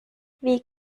wie